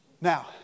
Now